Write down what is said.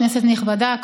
כנסת נכבדה,